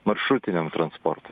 maršrutiniam transportui